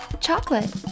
chocolate